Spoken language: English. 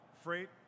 freight